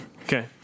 okay